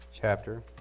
chapter